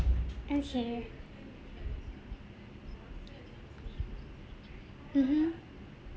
okay mmhmm